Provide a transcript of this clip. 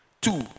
Two